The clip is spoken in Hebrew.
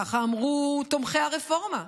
ככה אמרו תומכי הרפורמה,